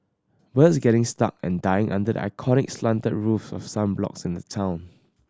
birds getting stuck and dying under the iconic slanted roof of some blocks in the town